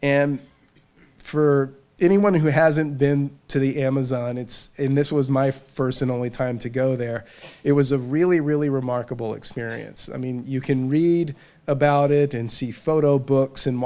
s for anyone who hasn't been to the amazon it's in this was my first and only time to go there it was a really really remarkable experience i mean you can read about it and see photo books and